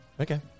Okay